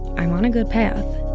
i'm on a good path